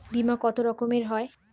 বিমা কত রকমের হয়?